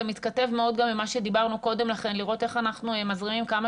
זה מתכתב מאוד גם עם מה שדיברנו קודם לכן לראות איך אנחנו מזרימים כמה